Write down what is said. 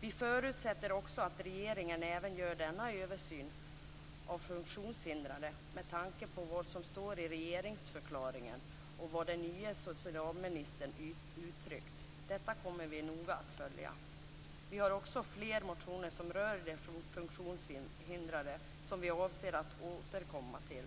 Vi förutsätter att regeringen även gör denna översyn av funktionshindrade, med tanke på vad som står i regeringsförklaringen och vad den nye socialministern uttryckt. Detta kommer vi noga att följa. Vi har fler motioner som rör de funktionshindrade som vi avser att återkomma till.